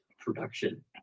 production